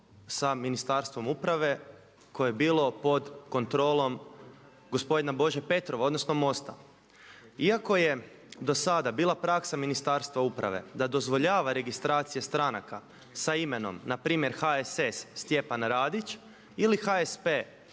sa Ministarstvom uprave koje je bilo pod kontrolom gospodina Bože Petrova odnosno MOST-a. Iako je dosada bila praksa Ministarstva uprave da dozvoljava registracije stranaka sa imenom npr. HSS Stjepan Radić ili HSP